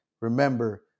Remember